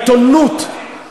שפועלם בא לידי ביטוי בעיתונות.